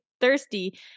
thirsty